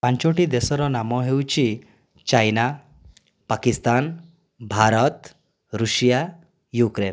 ପାଞ୍ଚୋଟି ଦେଶର ନାମ ହେଉଛି China Pakistan Bharat Russia Ukraine